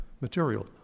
material